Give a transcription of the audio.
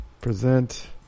present